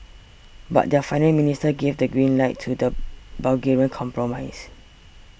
but their finance ministers gave the green light to the Bulgarian compromise